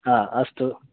हा अस्तु